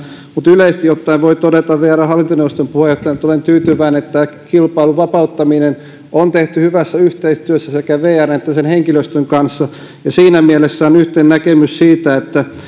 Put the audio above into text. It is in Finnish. mutta yleisesti ottaen voin todeta vrn hallintoneuvoston puheenjohtajana että olen tyytyväinen että tämä kilpailun vapauttaminen on tehty hyvässä yhteistyössä sekä vrn että sen henkilöstön kanssa ja siinä mielessä on yhteinen näkemys siitä että